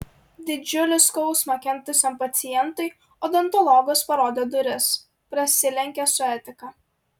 didžiulį skausmą kentusiam pacientui odontologas parodė duris prasilenkia su etika